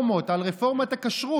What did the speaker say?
עם 6,000 מתים בסבבים הקודמים.